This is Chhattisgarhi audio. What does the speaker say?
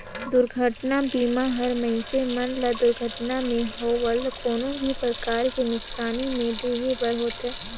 दुरघटना बीमा हर मइनसे मन ल दुरघटना मे होवल कोनो भी परकार के नुकसानी में देहे बर होथे